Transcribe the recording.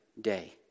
day